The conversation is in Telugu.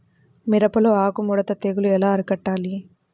మిరపలో ఆకు ముడత తెగులు ఎలా అరికట్టాలి?